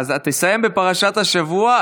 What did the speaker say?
תסיים בפרשת השבוע.,